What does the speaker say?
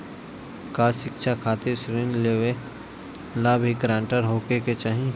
का शिक्षा खातिर ऋण लेवेला भी ग्रानटर होखे के चाही?